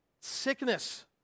Sickness